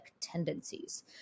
tendencies